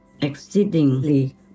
exceedingly